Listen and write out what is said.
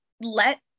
let